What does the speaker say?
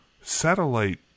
satellite